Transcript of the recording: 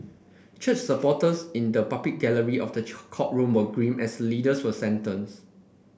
church supporters in the public gallery of the courtroom were grim as the leaders were sentenced